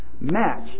match